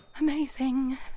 Amazing